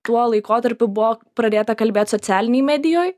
tuo laikotarpiu buvo pradėta kalbėt socialinėj medijoj